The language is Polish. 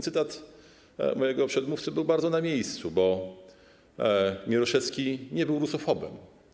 Cytat mojego przedmówcy był bardzo na miejscu, bo Mieroszewski nie był rusofobem.